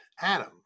Adam